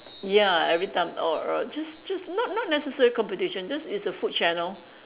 ya everytime or or just just not not necessarily competition just it's a food channel